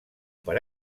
per